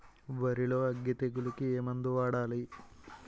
వరిలో అగ్గి తెగులకి ఏ మందు వాడాలి?